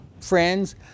friends